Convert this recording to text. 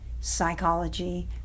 psychology